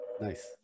Nice